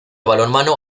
balonmano